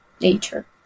nature